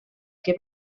que